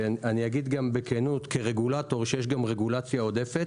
אגיד בכנות כרגולטור שיש גם רגולציה עודפת.